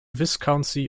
viscountcy